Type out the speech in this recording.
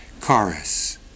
chorus